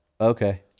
Okay